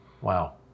Wow